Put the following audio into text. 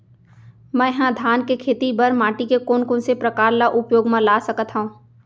मै ह धान के खेती बर माटी के कोन कोन से प्रकार ला उपयोग मा ला सकत हव?